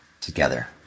together